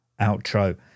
outro